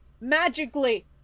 magically